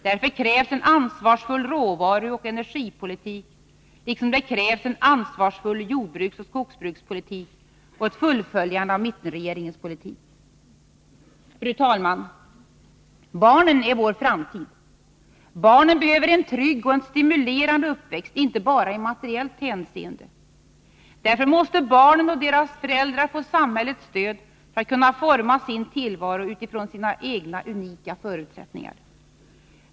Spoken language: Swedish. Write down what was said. Därför krävs en ansvarsfull råvaruoch energipolitik, liksom det krävs en ansvarsfull jordbruksoch skogsbrukspolitik och ett fullföljande av mittenregeringens politik. Fru talman! Barnen är vår framtid. Barnen behöver en trygg och stimulerande uppväxt, inte enbart i materiellt hänseende. Därför måste barnen och deras föräldrar få samhällets stöd för att kunna forma sin tillvaro utifrån sina egna unika förutsättningar.